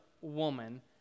woman